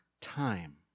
time